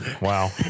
Wow